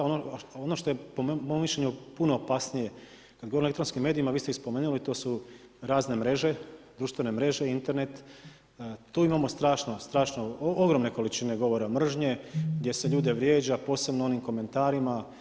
A ono što je po mom mišljenju puno opasnije kad govorimo o elektronskim medijima vi ste i spomenuli to su razne mreže, društvene mreže, Internet, tu imamo strašno, strašno ogromne količine govora mržnje gdje se ljude vrijeđa posebno onim komentarima.